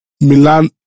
Milan